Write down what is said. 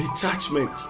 detachment